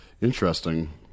interesting